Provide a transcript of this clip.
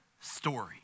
story